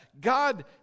God